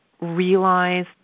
realize